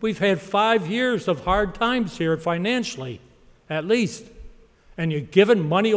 we've had five years of hard times here financially at least and you've given money